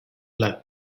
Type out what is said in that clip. blood